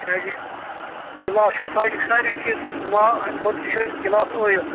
کیٛازِ گِلاس چھُ سار ساری چیٖز ما اَمہِ کھۄتہٕ چھُ گِلاس ٲیِل